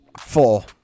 Four